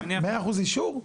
100 אחוזי אישור?